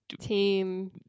team